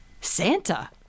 Santa